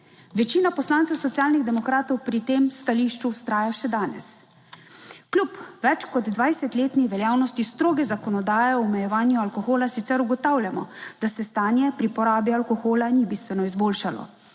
Večina poslancev Socialnih demokratov pri tem stališču vztraja še danes. Kljub več kot 20-letni veljavnosti stroge zakonodaje o omejevanju alkohola sicer ugotavljamo, da se stanje pri porabi alkohola ni bistveno izboljšalo.